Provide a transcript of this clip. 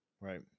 Right